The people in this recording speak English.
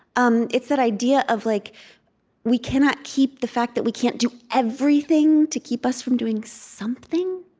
um it's that idea of, like we cannot keep the fact that we can't do everything to keep us from doing something.